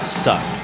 suck